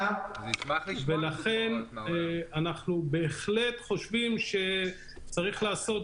ולכן אנחנו בהחלט חושבים שצריך לעשות